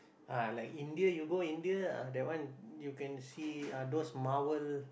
ah like India you go India ah that one you can see uh those marvel